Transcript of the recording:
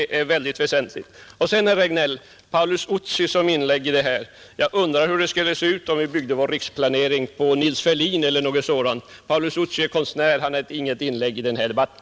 Herr Regnéll nämnde Paulus Utsi i denna debatt. Jag undrar hur det skulle se ut om vi byggde vår riksplanering på vad t.ex. Nils Ferlin har skrivit. Paulus Utsi är konstnär. Vad han har skrivit är inget inlägg i den här debatten.